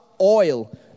oil